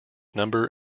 number